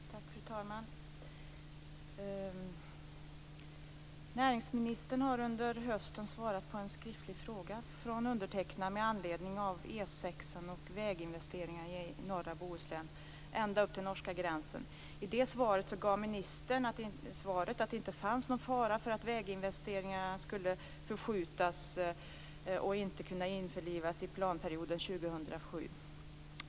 Fru talman! Näringsministern har under hösten svarat på en skriftlig fråga från undertecknad med anledning av E 6:an och väginvesteringar i norra Bohuslän ända upp till norska gränsen. Ministern gav svaret att det inte fanns någon fara för att väginvesteringarna skulle förskjutas och inte kunna införlivas i planperioden 2007.